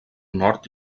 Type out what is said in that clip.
nord